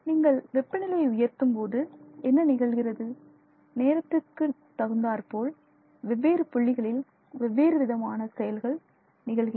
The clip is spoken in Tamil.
நீங்கள் வெப்பநிலையை உயர்த்தும் போது என்ன நிகழ்கிறது நேரத்திற்குத் தகுந்தாற்போல் வெவ்வேறு புள்ளிகளில் வெவ்வேறு விதமான செயல்கள் நிகழ்கின்றன